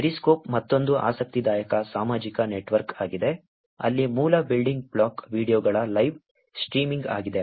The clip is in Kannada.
ಪೆರಿಸ್ಕೋಪ್ ಮತ್ತೊಂದು ಆಸಕ್ತಿದಾಯಕ ಸಾಮಾಜಿಕ ನೆಟ್ವರ್ಕ್ ಆಗಿದೆ ಅಲ್ಲಿ ಮೂಲ ಬಿಲ್ಡಿಂಗ್ ಬ್ಲಾಕ್ ವೀಡಿಯೊಗಳ ಲೈವ್ ಸ್ಟ್ರೀಮಿಂಗ್ ಆಗಿದೆ